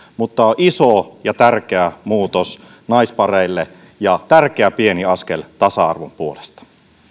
mutta on iso ja tärkeä muutos naispareille ja tärkeä pieni askel tasa arvon puolesta